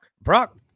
Brock